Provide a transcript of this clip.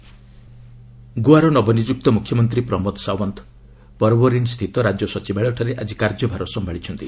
Goa new CM ଗୋଆର ନବନିଯୁକ୍ତ ମୁଖ୍ୟମନ୍ତ୍ରୀ ପ୍ରମୋଦ ସାଓ୍ୱନ୍ତ ପର୍ବୋରିନ୍ ସ୍ଥିତ ରାଜ୍ୟ ସଚିବାଳୟଠାରେ ଆଜି କାର୍ଯ୍ୟଭାର ସମ୍ଭାଳିଚ୍ଚନ୍ତି